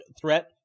threat